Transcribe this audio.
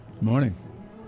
Morning